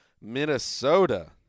Minnesota